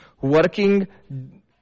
working